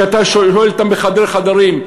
כשאתה שואל אותם בחדרי חדרים: